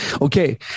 Okay